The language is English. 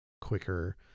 quicker